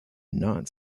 not